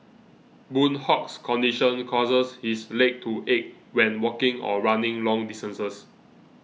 Boon Hock's condition causes his leg to ache when walking or running long distances